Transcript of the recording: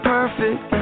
perfect